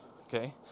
okay